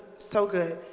so good.